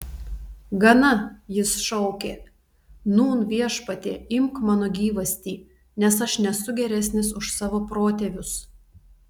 gana jis šaukė nūn viešpatie imk mano gyvastį nes aš nesu geresnis už savo protėvius